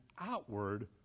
outward